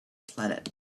planet